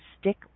stick